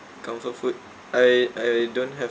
comfort food I I don't have